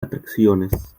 atracciones